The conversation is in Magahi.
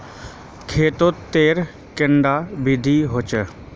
खेत तेर कैडा विधि होचे?